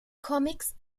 comics